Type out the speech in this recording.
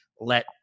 let